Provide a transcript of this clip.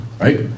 right